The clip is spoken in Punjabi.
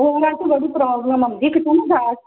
ਹੋਰ ਆਂਟੀ ਬੜੀ ਪ੍ਰੋਬਲਮ ਆਉਂਦੀ ਕਿਤੇ ਨਾ ਜਾ